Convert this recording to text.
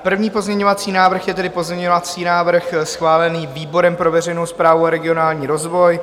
První pozměňovací návrh je tedy pozměňovací návrh schválený výborem pro veřejnou správu a regionální rozvoj.